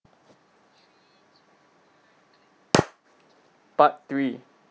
part three